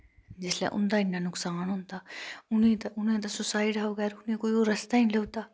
जिसलै उन्दा इन्ना नुकसान होंदा उनै ता सुसाईड शा बगैरा कोई रस्ता गै नि लब्भदा उनेंई कोई रस्ता गै नि लभदा